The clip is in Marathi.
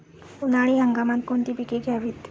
उन्हाळी हंगामात कोणती पिके घ्यावीत?